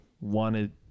wanted